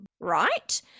Right